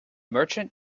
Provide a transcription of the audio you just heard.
merchant